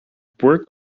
work